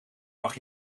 mag